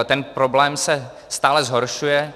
Ten problém se stále zhoršuje.